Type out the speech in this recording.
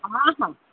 ହଁ ହଁ